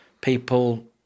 people